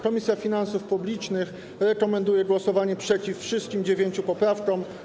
Komisja Finansów Publicznych rekomenduje głosowanie przeciw wszystkim dziewięciu poprawkom.